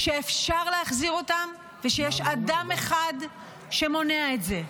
שאפשר להחזיר אותם ושיש אדם אחד שמונע את זה.